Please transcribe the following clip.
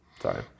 Sorry